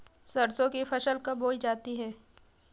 सरसों की फसल कब बोई जाती है?